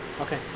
Okay